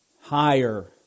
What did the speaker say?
higher